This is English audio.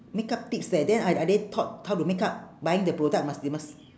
makeup tips leh then are are they taught how to makeup buying the product must they must